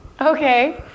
Okay